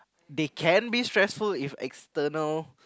they can be stressful if external